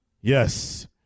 Yes